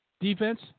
defense